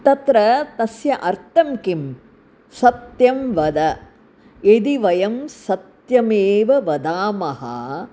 तत्र तस्य अर्थं किं सत्यं वद यदि वयं सत्यमेव वदामः